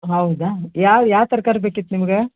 ಹೌದಾ ಯಾವ ಯಾವ ತರಕಾರಿ ಬೇಕಿತ್ತು ನಿಮ್ಗೆ